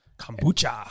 kombucha